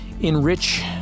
enrich